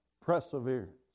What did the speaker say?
perseverance